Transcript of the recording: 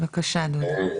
בבקשה אדוני.